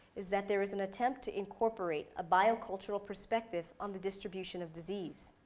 is that there is an attempt to incorporate a biocultural perspective on the distribution of disease.